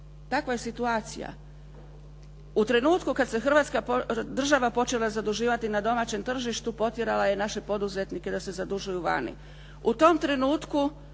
Takva je situacija. U trenutku kad se Hrvatska država počela zaduživati na domaćem tržištu potjerala je naše poduzetnike da se zadužuju vani.